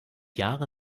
jahre